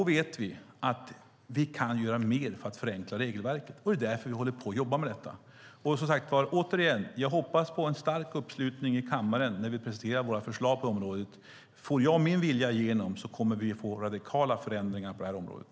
Vi kan göra mer genom att förenkla regelverket, och det jobbar vi med. Återigen: Jag hoppas på en stark uppslutning i kammaren när vi presenterar våra förslag på området. Får jag min vilja igenom kommer vi att få radikala förändringar på det här området.